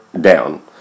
down